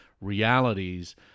realities